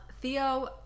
Theo